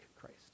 Christ